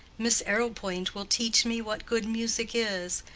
miss arrowpoint will teach me what good music is.